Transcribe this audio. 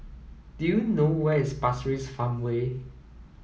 do you know where is Pasir Ris Farmway